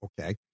okay